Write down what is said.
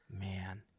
Man